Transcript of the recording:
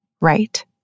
Right